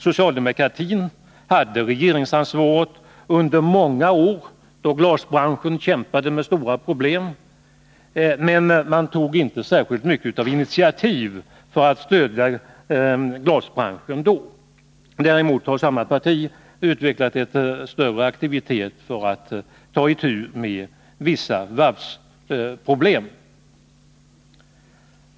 Socialdemokraterna hade regeringsansvaret under många år då glasbranschen kämpade med stora problem, men de tog inte särskilt mycket initiativ för att stödja glasbranschen då. Däremot har samma parti utvecklat stor aktivitet för att ta itu med vissa varvsproblem.